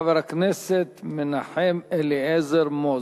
חבר הכנסת מנחם אליעזר מוזס,